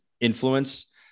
influence